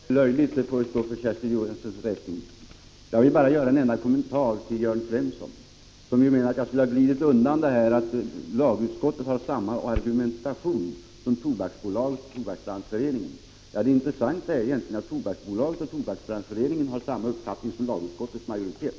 Fru talman! Att det är löjligt får stå för Kersti Johanssons räkning. Jag vill bara göra en enda kommentar till Jörn Svensson, som menar att jag skulle ha glidit undan att lagutskottet för samma argumentation som Tobaksbolaget och Tobaksbranschföreningen. Det intressanta är egentligen att Tobaksbolaget och Tobaksbranschföreningen har samma uppfattning som lagutskottets majoritet.